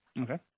Okay